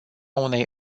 unei